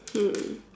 hmm